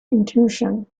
intuition